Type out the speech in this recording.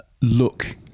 look